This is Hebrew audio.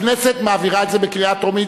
הכנסת מעבירה את זה בקריאה טרומית,